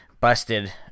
busted